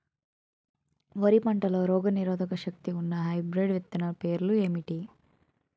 వరి పంటలో రోగనిరోదక శక్తి ఉన్న హైబ్రిడ్ విత్తనాలు పేర్లు ఏంటి?